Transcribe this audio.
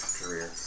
career